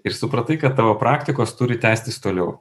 ir supratai kad tavo praktikos turi tęstis toliau